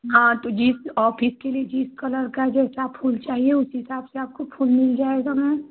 हाँ तो जिस ऑफिस के लिए जिस कलर का जैसा फूल चाहिए उस हिसाब से आपको फूल मिल जाएगा मैम